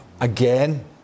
again